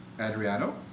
adriano